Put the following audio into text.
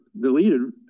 deleted